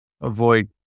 avoid